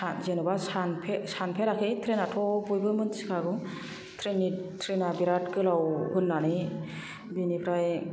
जेन'बा सानफेराखै ट्रेनथ' बयबो मिथिखागौ ट्रेन नि ट्रेना बेरात गोलाव होननानै बिनिफ्राय